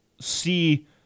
see